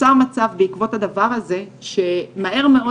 בעקבות הדבר הזה נוצר מצב שבו מהר מאוד